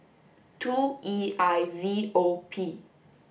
two E I V O P